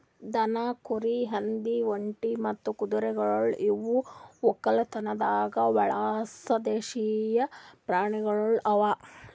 ದನ, ಕುರಿ, ಹಂದಿ, ಒಂಟಿ ಮತ್ತ ಕುದುರೆಗೊಳ್ ಇವು ಒಕ್ಕಲತನದಾಗ್ ಬಳಸ ದೇಶೀಯ ಪ್ರಾಣಿಗೊಳ್ ಅವಾ